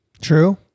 True